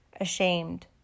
ashamed